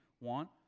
want